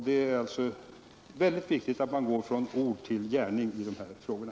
Det är alltså väldigt viktigt att man går från ord till gärning i de här frågorna.